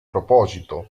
proposito